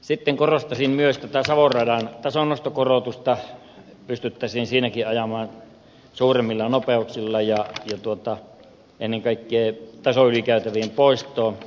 sitten korostaisin myös savon radan tasonnostokorotusta pystyttäisiin siinäkin ajamaan suuremmilla nopeuksilla ja ennen kaikkea tasoylikäytävien poistoa